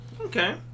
Okay